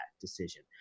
decision